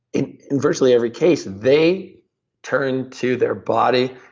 in virtually every case, they turned to their body,